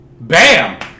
Bam